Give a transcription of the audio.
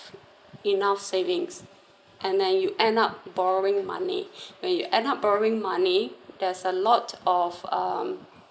enough savings and then you end up borrowing money when you end up borrowing money there's a lot of um